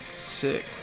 Sick